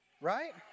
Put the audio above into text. right